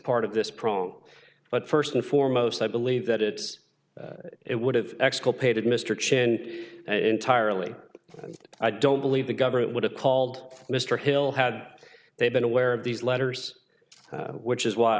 part of this problem but first and foremost i believe that it it would have exculpated mr chen entirely and i don't believe the government would have called mr hill had they been aware of these letters which is why